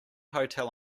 hotel